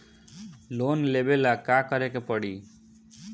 Loan लेबे ला का करे के पड़ी?